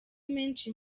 menshi